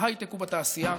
בהייטק ובתעשייה.